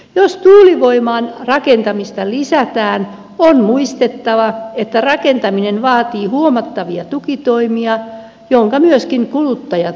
jos tuulivoiman rakentamista lisätään on muistettava että rakentaminen vaatii huomattavia tukitoimia jotka myöskin kuluttajat maksavat